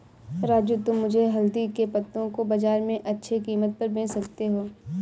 राजू तुम मुझे हल्दी के पत्तों को बाजार में अच्छे कीमत पर बेच सकते हो